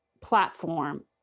platform